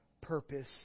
purpose